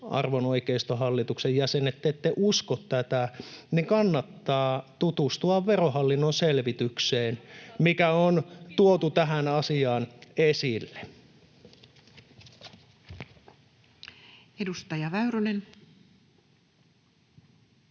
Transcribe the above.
arvon oikeistohallituksen jäsenet, ette usko tätä, niin kannattaa tutustua Verohallinnon selvitykseen, [Mira Nieminen: Kannattaa tutustua tutkintaan,